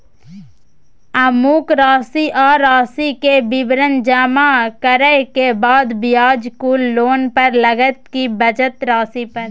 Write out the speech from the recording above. अमुक राशि आ राशि के विवरण जमा करै के बाद ब्याज कुल लोन पर लगतै की बचल राशि पर?